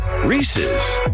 Reese's